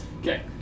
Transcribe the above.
Okay